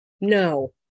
No